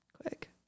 quick